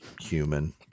human